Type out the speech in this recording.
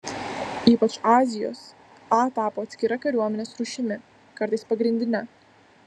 ypač azijos a tapo atskira kariuomenės rūšimi kartais pagrindine